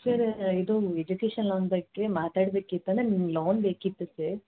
sir ಇದು education loan ಬಗ್ಗೆ ಮಾತಾಡಬೇಕಿತ್ತು ನಮ್ಗೆ ಲೋನ್ ಬೇಕಿತ್ತು ಸರ್